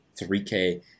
3K